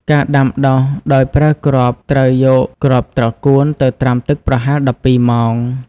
ការដាំដុះដោយប្រើគ្រាប់ត្រូវយក គ្រាប់ត្រកួន ទៅត្រាំទឹកប្រហែល ១២ ម៉ោង។